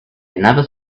never